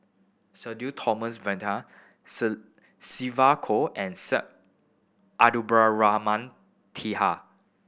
Sudhir Thomas Vadaketh Sylvia Kho and Syed Abdulrahman Taha